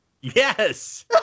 Yes